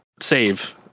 save